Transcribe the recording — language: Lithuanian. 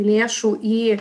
lėšų į